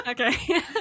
okay